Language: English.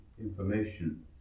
information